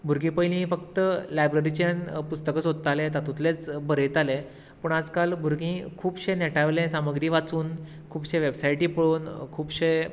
भुरगीं पयलीं फक्त लायब्ररीच्यान पुस्तकां सोदताले तातूंतलेच बरयताले पूण आयज काल भुरगीं खुबशे नॅटावयले सामग्री वाचून खुबशे वेबसायटी पळोवन खुबशे